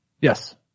Yes